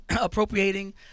appropriating